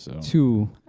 Two